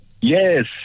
Yes